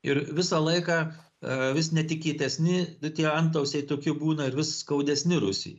ir visą laiką vis netikėtesni tie antausiai tokie būna ir vis skaudesni rusijai